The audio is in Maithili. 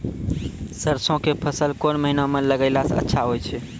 सरसों के फसल कोन महिना म लगैला सऽ अच्छा होय छै?